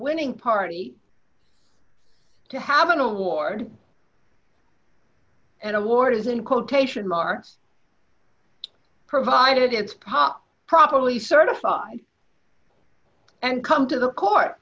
winning party to have an award an award is in quotation marks provided it's pop properly certified and come to the court